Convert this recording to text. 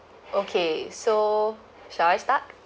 okay so shall I start